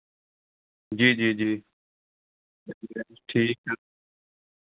जी जी जी ठीक है